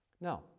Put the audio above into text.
Now